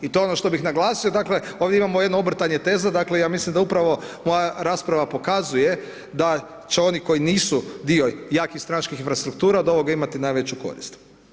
I to je ono što bih naglasio, dakle, ovdje imamo jedno obrtanje teza, dakle, ja mislim da upravo moja rasprava pokazuje da će oni koji nisu dio jakih stranačkih infrastruktura od ovoga imati najveću korist.